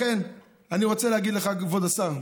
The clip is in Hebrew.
לכן אני רוצה להגיד לך, כבוד השר: